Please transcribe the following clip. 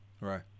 Right